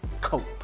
cope